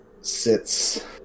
sits